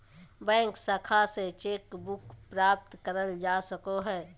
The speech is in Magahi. बैंक शाखा से चेक बुक प्राप्त करल जा सको हय